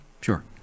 Sure